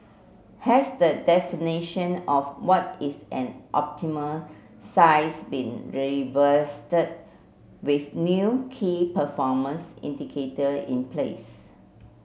has the definition of what is an optimal size been revisited with new key performance indicator in place